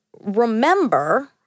remember